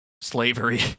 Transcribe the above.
slavery